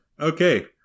Okay